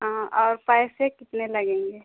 हाँ और पैसे कितने लगेंगे